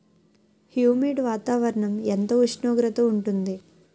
Humid వాతావరణం ఎంత ఉష్ణోగ్రత ఉంటుంది?